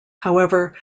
however